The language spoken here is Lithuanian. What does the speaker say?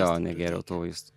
jo negėriau tų vaistų